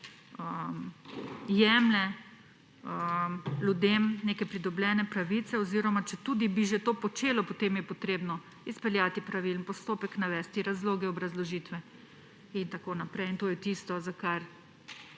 jemlje ljudem neke pridobljene pravice; oziroma četudi bi že to počelo, potem je treba izpeljati pravilen postopek, navesti razloge, obrazložitve in tako naprej. In to je tisto, za kar